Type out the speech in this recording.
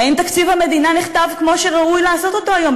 האם תקציב המדינה נכתב כמו שראוי לעשות זאת היום,